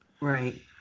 Right